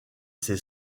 ses